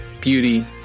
beauty